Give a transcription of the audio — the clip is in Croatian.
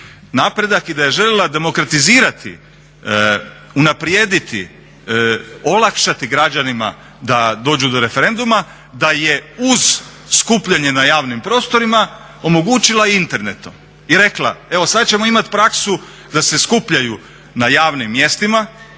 napredak i da je željela demokratizirati, unaprijediti, olakšati građanima da dođu do referenduma da je uz skupljanje na javnim prostorima omogućila i internetom i rekla evo sad ćemo imati praksu da se skupljaju na javnim mjestima,